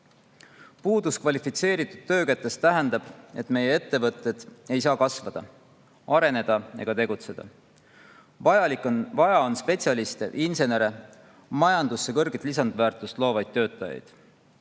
Puudus kvalifitseeritud töökätest tähendab, et meie ettevõtted ei saa kasvada, areneda ega tegutseda. Vaja on spetsialiste, insenere, majandusse kõrget lisandväärtust loovaid töötajaid.